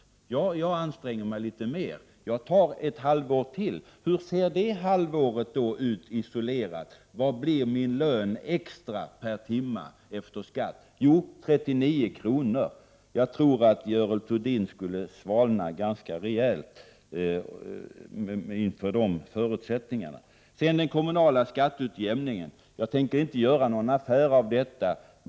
Hon vill anstränga sig litet mer och tar heltid. Hur ser då den halva årsinkomsten ut isolerad? Vad blir lönen per timme efter skatt? Jo, 39 kr. Jag tror att Görel Thurdins intresse skulle svalna ganska rejält inför dessa förutsättningar. Så till frågan om den kommunala skatteutjämningen. Jag tänker inte göra någon affär av detta.